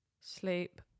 sleep